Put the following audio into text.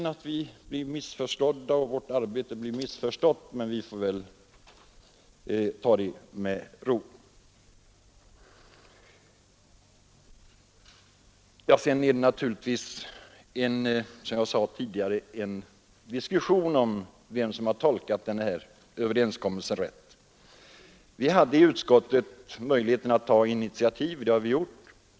Men att vi blir missförstådda och att vårt arbete blir missförstått, det är sådant som händer i politiken, och det får vi väl ta med ro. Det förs naturligtvis en diskussion om vem som tolkat överenskommelsen rätt. Vi hade i utskottet möjlighet att ta initiativ, och det har vi gjort.